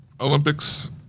Olympics